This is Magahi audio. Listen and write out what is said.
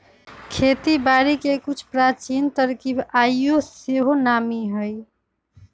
खेती बारिके के कुछ प्राचीन तरकिब आइयो सेहो नामी हइ